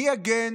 מי יגן